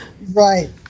Right